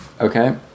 Okay